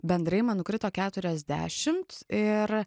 bendrai man nukrito keturiasdešimt ir